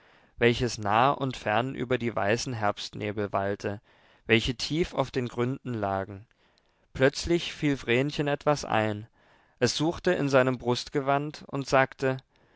welches nah und fern über die weißen herbstnebel wallte welche tief auf den gründen lagen plötzlich fiel vrenchen etwas ein es suchte in seinem brustgewand und sagte